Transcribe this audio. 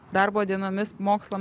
darbo dienomis mokslo